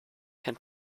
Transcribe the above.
can